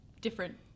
different